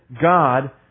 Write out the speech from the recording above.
God